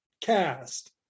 cast